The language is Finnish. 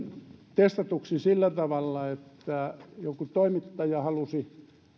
testatuksi sillä tavalla että joku toimittaja halusi